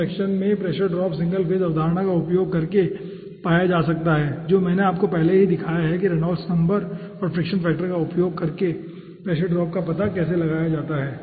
तो उन सेक्शन में प्रेशर ड्रॉप सिंगल फेज अवधारणा का उपयोग करके पाया जा सकता है जो मैंने आपको पहले ही दिखाया है कि रेनॉल्ड्स नंबर और फ्रिक्शन फैक्टर का उपयोग करके प्रेशर ड्रॉप का पता कैसे लगाया जाए